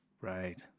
Right